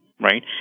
right